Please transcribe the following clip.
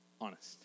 honest